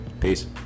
Peace